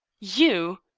you!